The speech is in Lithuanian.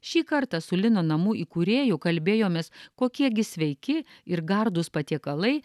šį kartą su lino namų įkūrėju kalbėjomės kokie gi sveiki ir gardūs patiekalai